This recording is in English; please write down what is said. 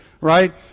right